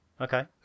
Okay